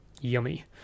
Yummy